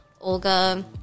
Olga